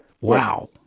Wow